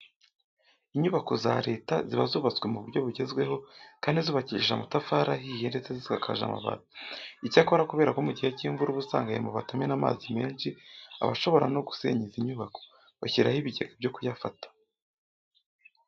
Inyubako za leta ziba zubatswe mu buryo bugezweho kandi zubakishije amatafari ahiye ndese zisakaje amabati. Icyakora kubera ko mu gihe cy'imvura uba usanga aya mabati amena amazi menshi aba ashobora no gusenya izi nyubako, bashyiraho ibigega byo kuyafata.